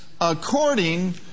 according